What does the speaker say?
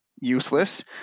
useless